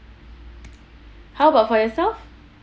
how about for yourself